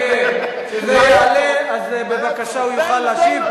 כשזה יעלה, אז בבקשה, הוא יוכל להשיב.